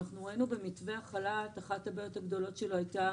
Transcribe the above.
ראינו במתווה החל"ת, אחת הבעיות הגדולות שלו הייתה